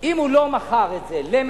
אם הוא לא מכר את זה למגורים,